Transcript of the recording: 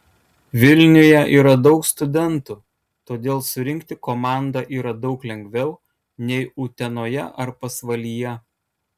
vilniuje yra daug studentų todėl surinkti komandą yra daug lengviau nei utenoje ar pasvalyje